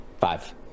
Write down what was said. Five